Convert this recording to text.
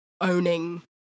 Owning